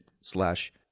slash